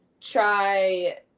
try